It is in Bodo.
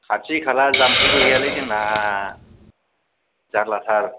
खाथि खाला जाम्फैबो गैयालै जोंना जारलाथार